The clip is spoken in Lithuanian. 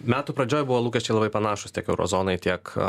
metų pradžioj buvo lūkesčiai labai panašūs tiek euro zonai tiek